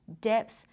depth